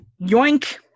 Yoink